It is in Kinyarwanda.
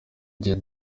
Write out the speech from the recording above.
igihe